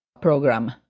program